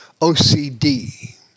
OCD